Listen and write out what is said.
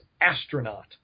astronaut